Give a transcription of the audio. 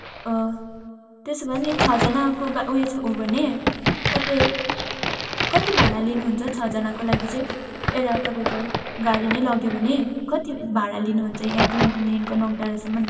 अँ त्यसो भने छःजनाको भ उयो हो भने कति कति भाडा लिनुहुन्छ छःजनाको लागि चाहिँ एउटा तपाईँको गाडी नै लग्यो भने कति भाडा लिनुहुन्छ यहाँ कालिम्पोङदेखिको नोकडाँडासम्म